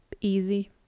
easy